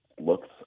looks